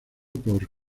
por